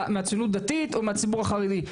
מהציונות הדתית או מהציבור החרדי,